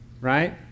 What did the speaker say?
right